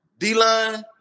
D-line